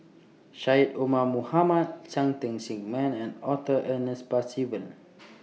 Syed Omar Mohamed Cheng Tsang Man and Arthur Ernest Percival